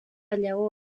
lleó